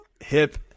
hip